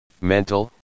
mental